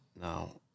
Now